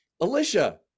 Alicia